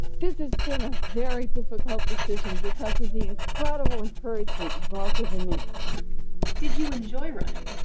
this has been a very difficult decision because of the incredible encouragement you've all given me did you enjoy running?